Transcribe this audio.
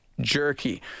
Jerky